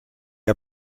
are